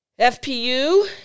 FPU